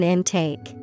Intake